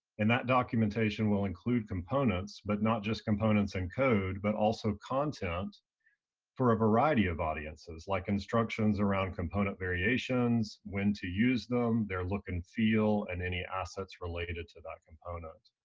and that documentation documentation will include components, but not just components in code, but also content for a variety of audiences like instructions around component variations, when to use them, their look and feel, and any assets related to that component.